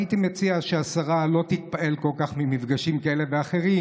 הייתי מציע שהשרה לא תתפעל כל כך ממפגשים כאלה ואחרים,